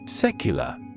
Secular